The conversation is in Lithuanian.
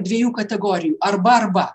dviejų kategorijų arba arba